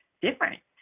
different